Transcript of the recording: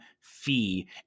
fee